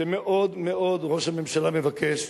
שמאוד מאוד ראש הממשלה מבקש